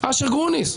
אשר גרוניס.